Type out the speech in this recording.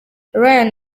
ryan